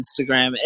Instagram